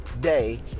day